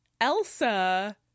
Elsa